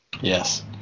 Yes